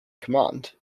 command